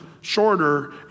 shorter